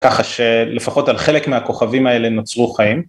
ככה שלפחות על חלק מהכוכבים האלה נוצרו חיים.